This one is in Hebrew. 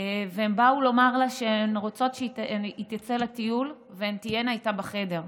והן באו לומר לה שהן רוצות שהיא תצא לטיול והן תהיינה איתה בחדר.